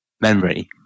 memory